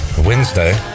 Wednesday